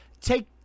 Take